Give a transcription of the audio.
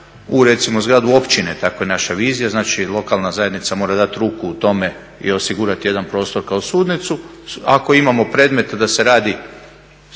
u recimo zgradu općine, tako je naša vizija, znači lokalna zajednica mora dati ruku u tome i osigurati jedan prostor kao sudnicu. Ako imamo predmete da se radi